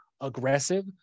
aggressive